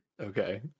okay